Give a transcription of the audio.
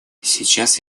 сейчас